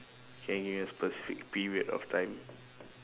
can you give me a specific period of time